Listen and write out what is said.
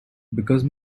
because